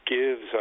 gives